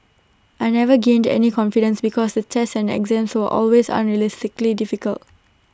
I never gained any confidence because the tests and exams were always unrealistically difficult